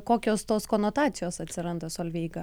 kokios tos konotacijos atsiranda solveiga